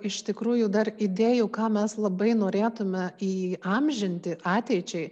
iš tikrųjų dar idėjų ką mes labai norėtume įamžinti ateičiai